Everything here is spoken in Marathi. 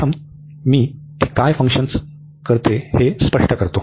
प्रथम मी ती काय फंक्शन करते ते स्पष्ट करतो